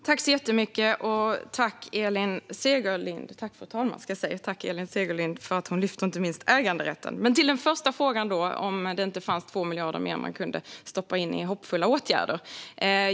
Fru talman! Jag tackar Elin Segerlind, inte minst för att hon lyfter fram äganderätten. Den första frågan var om det inte finns 2 miljarder mer man kan stoppa in i hoppfulla åtgärder.